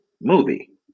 movie